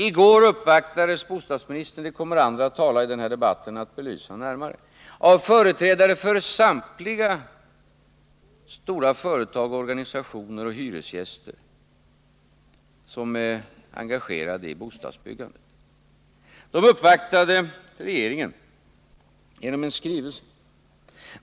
I går uppvaktades bostadsministern — och det kommer andra talare att belysa närmare — av företrädare för samtliga stora företag, organisationer och hyresgästföreningar som är engagerade i bostadsbyggandet. De uppvaktade regeringen med en skrivelse.